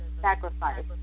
sacrifice